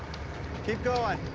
keep going.